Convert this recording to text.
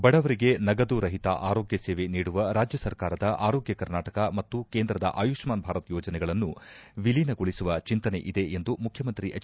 ಬಡವರಿಗೆ ನಗದು ರಹಿತ ಆರೋಗ್ಯ ಸೇವೆ ನೀಡುವ ರಾಜ್ಯ ಸರ್ಕಾರದ ಆರೋಗ್ಯ ಕರ್ನಾಟಕ ಮತ್ತು ಕೇಂದ್ರದ ಆಯುಷ್ಮಾನ್ ಭಾರತ್ ಯೋಜನೆಗಳನ್ನು ವಿಲೀನಗೊಳಿಸುವ ಚಿಂತನೆ ಇದೆ ಎಂದು ಮುಖ್ಯಮಂತ್ರಿ ಎಚ್